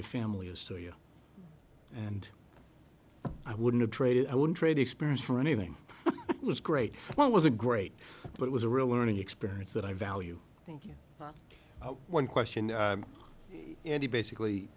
your family is to you and i wouldn't trade it i wouldn't trade experience for anything it was great when i was a great but it was a real learning experience that i value thank you one question and he basically